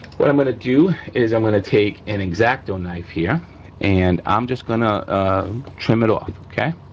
what i'm gonna do is i'm gonna take an x-acto knife here and i'm just gonna trim it off, okay.